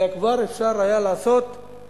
כבר אפשר היה להביא